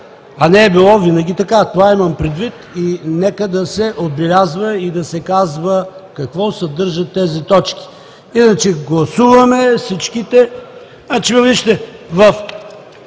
а не е било винаги така – това имам предвид. Нека да се отбелязва и да се казва какво съдържат тези точки. Иначе гласуваме всичките… Значи, вижте, във